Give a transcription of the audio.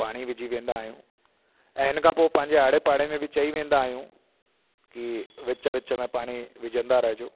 ऐं पाणी विझी वेंदा आहियूं ऐं हिनखां पोइ पंहिंजे आड़े पाड़े में बि चई वेंदा आहियूं कि विच विच में पाणी विझंदा रहिजो